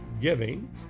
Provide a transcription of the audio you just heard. giving